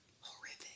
horrific